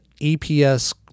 EPS